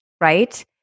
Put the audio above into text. Right